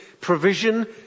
provision